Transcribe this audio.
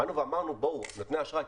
באנו ואמרנו לנותני האשראי,